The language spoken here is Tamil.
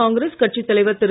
காங்கிரஸ் கட்சித் தலைவர் திரு